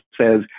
says